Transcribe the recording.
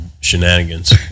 shenanigans